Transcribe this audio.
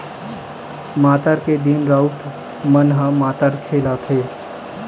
मातर के दिन राउत मन ह मातर खेलाथे